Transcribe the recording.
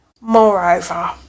moreover